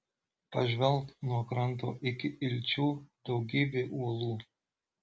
pažvelk nuo kranto iki ilčių daugybė uolų